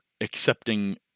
accepting